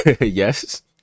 yes